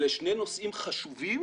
אלה שני נושאים חשובים